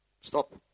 Stop